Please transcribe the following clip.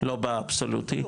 לא באבסולוטי,